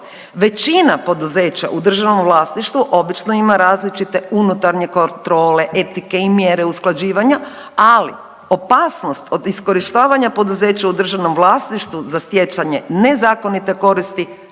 Većina poduzeća u državnom vlasništvu obično ima različite unutarnje kontrole, etike i mjere usklađivanja. Ali opasnost od iskorištavanja poduzeća u državnom vlasništvu za stjecanje nezakonite koristi